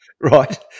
Right